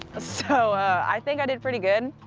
so i think i did pretty good.